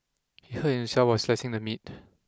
he hurt himself while slicing the meat